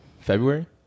February